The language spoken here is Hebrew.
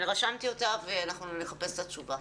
אני רשמתי אותה ואנחנו נחפש את התשובה.